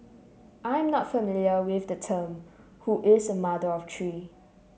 I'm not familiar with the term who is a mother of three